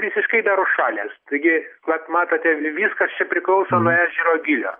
visiškai dar užšalęs taigi vat matote viskas čia priklauso nuo ežero gylio